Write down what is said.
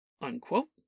unquote